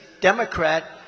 Democrat